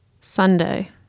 Sunday